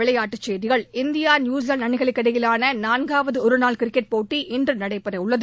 விளையாட்டுச் செய்திகள் India New Zealand அணிகளுக்கு இடையிலான நான்காவது ஒருநாள் கிரிக்கெட் போட்டி இன்று நடைபெற உள்ளது